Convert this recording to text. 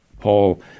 Paul